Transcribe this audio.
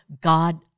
God